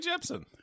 Jepsen